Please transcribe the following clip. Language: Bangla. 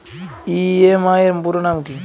ই.এম.আই এর পুরোনাম কী?